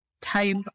type